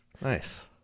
Nice